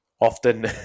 often